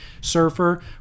surfer